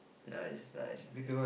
nice nice